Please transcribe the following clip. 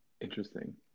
interesting